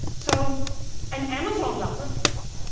so and amazon does it.